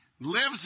lives